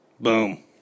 Boom